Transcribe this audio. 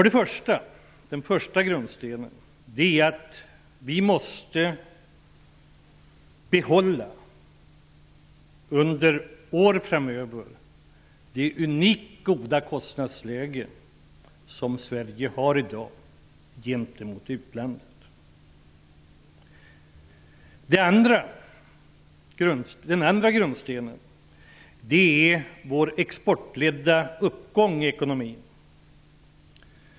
Den första grundstenen är att vi under åren framöver måste behålla det unikt goda kostnadsläge som Sverige i dag har gentemot utlandet. Den andra grundstenen är vår exportledda uppgång i ekonomin.